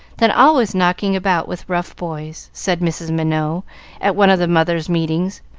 than always knocking about with rough boys, said mrs. minot at one of the mothers' meetings,